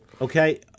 Okay